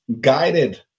guided